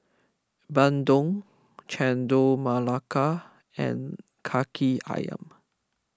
Bandung Chendol Melaka and Kaki Ayam